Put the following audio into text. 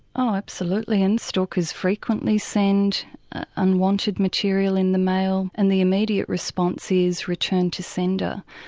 oh absolutely, and stalkers frequently send unwanted material in the mail and the immediate response is, return to sender.